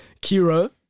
Kira